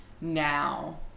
now